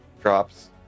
drops